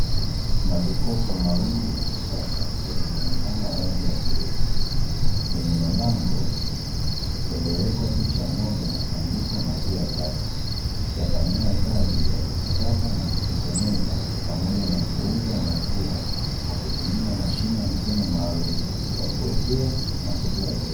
Majokofu mawili ya kisasa yenye muonekano wa rangi ya bluu, yenye mabango yaliyowekwa picha ya ng’ombe na kuandikwa "maziwa safi", yafanyayo kazi ya kuchakata na kutengeneza pamoja na kuuza maziwa, kwa kutumia mashine ya mfumo maalumu wa kuwekea na kutoa pesa.